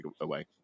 away